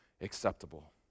acceptable